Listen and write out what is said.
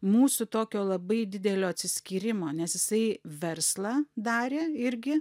mūsų tokio labai didelio atsiskyrimo nes jisai verslą darė irgi